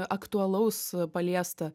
aktualaus paliesta